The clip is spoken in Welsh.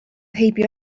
heibio